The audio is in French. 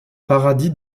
paradis